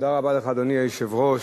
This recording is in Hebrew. אדוני היושב-ראש,